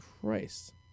Christ